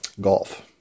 Golf